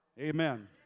amen